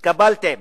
התקבלתם,